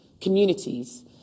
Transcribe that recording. communities